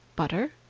butter?